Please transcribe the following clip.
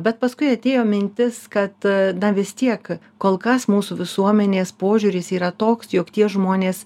bet paskui atėjo mintis kad na vis tiek kol kas mūsų visuomenės požiūris yra toks jog tie žmonės